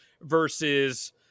versus